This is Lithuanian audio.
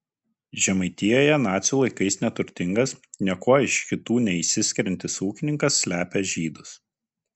žemaitijoje nacių laikais neturtingas niekuo iš kitų neišsiskiriantis ūkininkas slepia žydus